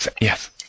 Yes